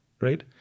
right